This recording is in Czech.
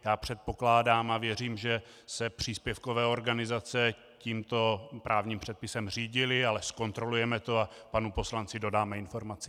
Já předpokládám a věřím, že se příspěvkové organizace tímto právním předpisem řídily, ale zkontrolujeme to a panu poslanci dodáme informaci.